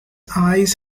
eyes